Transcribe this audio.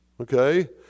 okay